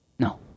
No